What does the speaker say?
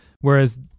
Whereas